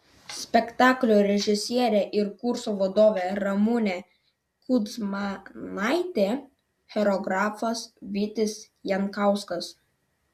spektaklio režisierė ir kurso vadovė ramunė kudzmanaitė choreografas vytis jankauskas